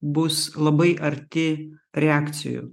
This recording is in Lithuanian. bus labai arti reakcijų